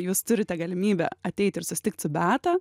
jūs turite galimybę ateiti ir susitikti su beata